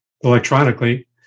electronically